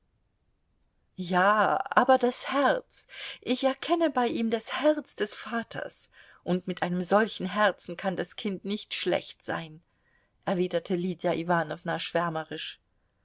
ja aber das herz ich erkenne bei ihm das herz des vaters und mit einem solchen herzen kann das kind nicht schlecht sein erwiderte lydia iwanowna schwärmerisch